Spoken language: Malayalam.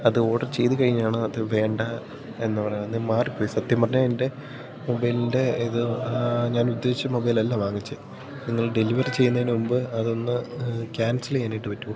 അത് ഓർഡർ ചെയ്ത് കഴിഞ്ഞാണ് അത് വേണ്ട എന്ന് പറയാന്നെ മാറിപ്പോയി സത്യം പറഞ്ഞാൽ എൻ്റെ മൊബൈലിൻ്റെ ഇത് ഞാൻ ഉദ്ദേശിച്ച മൊബൈലല്ല വാങ്ങിച്ചെ നിങ്ങൾ ഡെലിവറി ചെയ്യുന്നതിന് മുൻപ് അതൊന്ന് ക്യാൻസൽ ചെയ്യാനായിട്ട് പറ്റുമോ